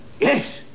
Yes